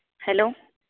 hello